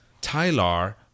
Tyler